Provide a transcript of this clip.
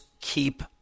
keep